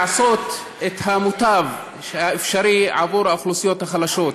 לעשות את המיטב, האפשרי, עבור האוכלוסיות החלשות.